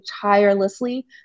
tirelessly